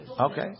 Okay